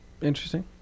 Interesting